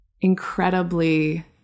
incredibly